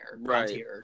Right